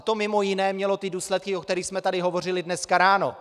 To mimo jiné mělo ty důsledky, o kterých jsme tady hovořili dneska ráno.